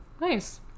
Nice